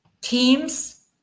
Teams